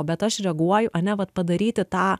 bet aš reaguoju ane vat padaryti tą